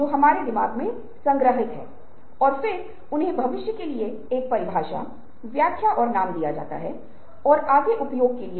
तो यह सवाल हमारे सामने आ रहा होगा कि क्या आउट ऑफ बॉक्स है